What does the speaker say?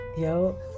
yo